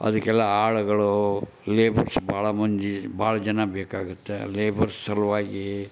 ಅದಕ್ಕೆಲ್ಲ ಆಳುಗಳು ಲೇಬರ್ಸ್ ಭಾಳ ಮಂದಿ ಭಾಳ ಜನ ಬೇಕಾಗುತ್ತೆ ಲೇಬರ್ಸ್ ಸಲುವಾಗಿ